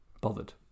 bothered